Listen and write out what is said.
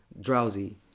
drowsy